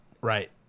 Right